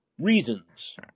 reasons